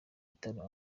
bitaro